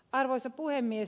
arvoisa puhemies